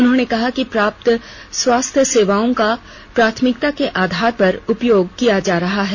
उन्होंने कहा कि प्राप्त स्वास्थ्य सेवाओं का प्राथमिकता के आधार पर उपयोग किया जा रहा है